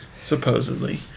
Supposedly